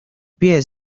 pies